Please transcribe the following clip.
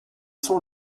sont